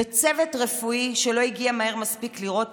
בצוות רפואי שלא הגיע מהר מספיק לראות